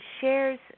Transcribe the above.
shares